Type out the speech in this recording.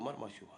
לומר משהו,